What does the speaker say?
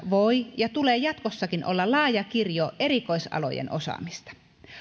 voi ja tulee jatkossakin olla laaja kirjo erikoisalojen osaamista